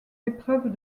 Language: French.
épreuves